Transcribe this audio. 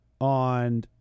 on